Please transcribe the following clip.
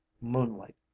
moonlight